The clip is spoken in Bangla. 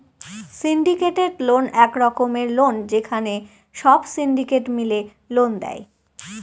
সিন্ডিকেটেড লোন এক রকমের লোন যেখানে সব সিন্ডিকেট মিলে লোন দেয়